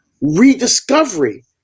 rediscovery